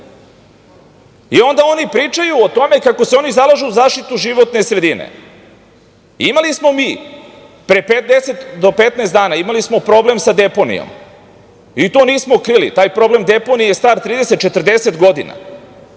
I, onda oni pričaju o tome kako se oni zalažu za zaštitu životne sredine. Imali smo mi pre do 10, 15 dana, imali smo problem sa deponijom i to nismo krili. Taj problem deponije je star 30, 40 godina,